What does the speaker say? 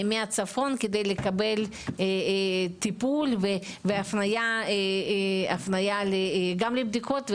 מהצפון כדי לקבל טיפול והפניה גם לבדיקות,